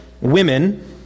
women